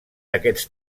aquests